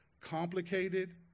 complicated